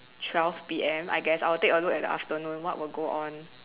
twelve P_M I guess I will take a look at the afternoon what will go on